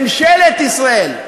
ממשלת ישראל,